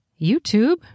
YouTube